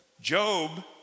Job